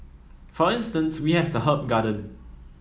for instance we have the herb garden